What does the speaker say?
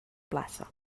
plaça